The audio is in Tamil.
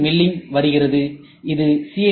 சி மில்லிங் வருகிறது இது சி